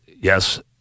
Yes